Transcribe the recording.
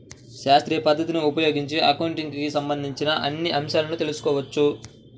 శాస్త్రీయ పద్ధతిని ఉపయోగించి అకౌంటింగ్ కి సంబంధించిన అన్ని అంశాలను తెల్సుకోవచ్చు